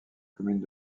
communes